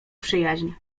przyjaźń